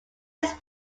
his